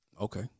Okay